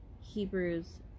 Hebrews